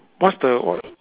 what's the what